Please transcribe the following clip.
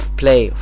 play